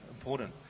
important